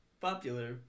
popular